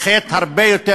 בשפת הרחוב,